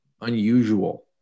unusual